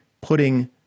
putting